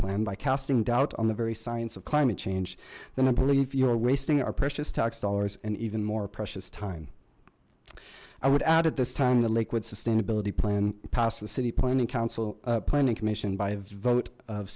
by casting doubt on the very science of climate change then i believe you're wasting our precious tax dollars and even more precious time i would add at this time the lakewood sustainability plan passed the city planning council planning commission by a vote of